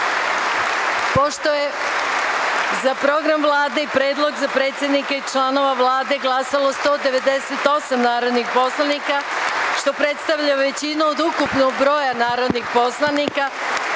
je za program Vlade i Predlog za predsednika i članove Vlade glasalo 198 narodnih poslanika, što predstavlja većinu od ukupnog broja narodnih poslanika,